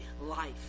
life